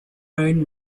own